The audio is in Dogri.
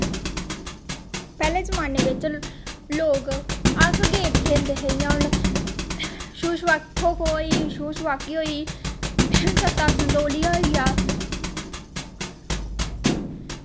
पैह्ले जमानै बिच्च लोक अस गेम खेल्लदे हे जि'यां हून खो खो होई गी छूह् छबाकी होई गी सत्ता संतोलिया होई गेआ